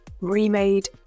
Remade